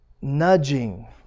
nudging